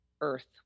earth